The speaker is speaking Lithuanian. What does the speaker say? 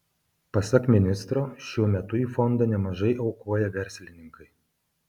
pasak ministro šiuo metu į fondą nemažai aukoja verslininkai